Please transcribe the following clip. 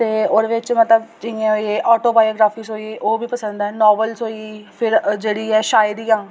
ते ओह्दे बिच मतलब जि'यां एह् ऑटोबायोग्राफी होई ओह् बी पसंद ऐ नॉवेल्स होई फिर जेह्ड़ी ऐ शायरी ऐ